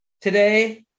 today